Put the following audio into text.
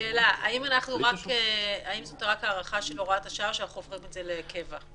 שאלה: האם זאת רק הארכה של הוראת השעה או שהופכים את זה לקבע?